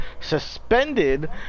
Suspended